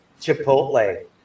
Chipotle